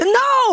no